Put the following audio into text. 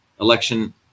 election